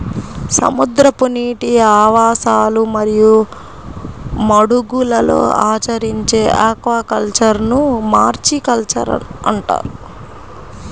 సముద్రపు నీటి ఆవాసాలు మరియు మడుగులలో ఆచరించే ఆక్వాకల్చర్ను మారికల్చర్ అంటారు